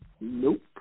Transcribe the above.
Nope